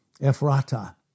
Ephrata